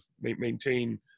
maintain